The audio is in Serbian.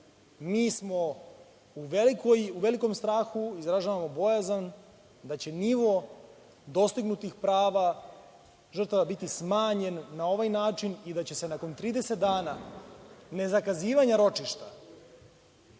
Mi smo u velikom strahu, izražavamo bojazan da će nivo dostignutih prava žrtava biti smanjen na ovaj način i da će se nakon 30 dana nezakazivanja ročišta